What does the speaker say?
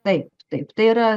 taip taip tai yra